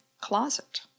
closet